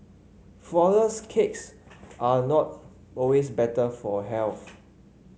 flourless cakes are not always better for health